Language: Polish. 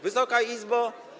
Wysoka Izbo!